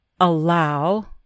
allow